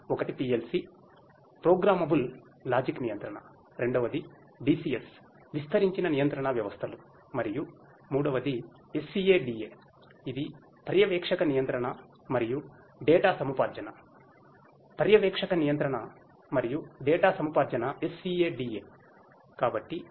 ఒకటి PLC programmable నియంత్రణరెండవది DCS విస్థరించిన నియంత్రణ వ్యవస్థలు మరియు మూడవది SCADA ఇది పర్యవేక్షక నియంత్రణ మరియు డేటా సముపార్జనపర్యవేక్షక నియంత్రణ మరియు డేటా సముపార్జన SCADA